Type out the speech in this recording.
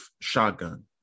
shotgun